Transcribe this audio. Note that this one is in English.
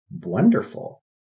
wonderful